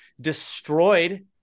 destroyed